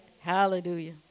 Hallelujah